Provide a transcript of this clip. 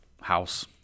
house